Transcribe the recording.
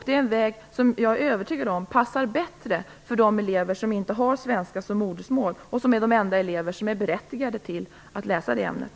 Det är en väg som jag är övertygad om passar bättre för de elever som inte har svenska som modersmål och som är de enda elever som är berättigade att läsa det ämnet.